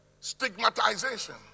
Stigmatization